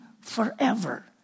forever